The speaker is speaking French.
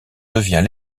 devient